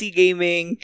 gaming